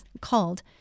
called